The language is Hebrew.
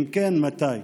2. אם כן, מתי?